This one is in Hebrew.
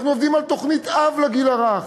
אנחנו עובדים על תוכנית-אב לגיל הרך.